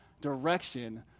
direction